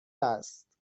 است